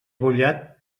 mullat